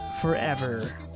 forever